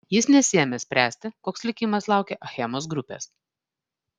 jis nesiėmė spręsti koks likimas laukia achemos grupės